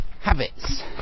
habits